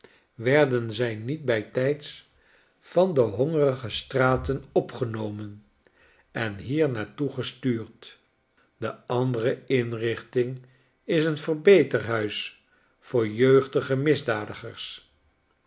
werden zij niet bytijds van de hongerige stratenopgenomen en hier naar toe gestuurd de andere inrichting is een verbeterhuis voor jeugdige misdadigers